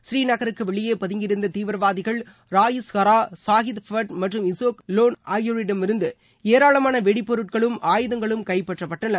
ஸ்ரீநகருக்கு வெளியே பதுங்கியிருந்த தீவிரவாதிகள் ராயிஸ் ஹரா சாகித் பட் மற்றும் இஸாக் லோன் ஆகியோரிடம் இருந்து ஏராளமான வெடி பொருட்களும் ஆயுதங்களும் கைபற்றப்பட்டுள்ளன